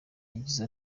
yagize